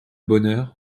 bonheur